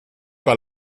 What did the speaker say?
par